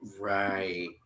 Right